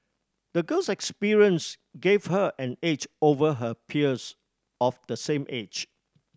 the girl's experience gave her an edge over her peers of the same age